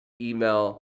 email